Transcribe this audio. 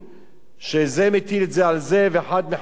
וזה מטיל את זה על זה והאחד מחכה לשני.